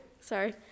Sorry